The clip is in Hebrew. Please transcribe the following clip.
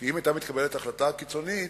כי לו התקבלה ההחלטה הקיצונית,